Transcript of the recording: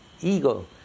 ego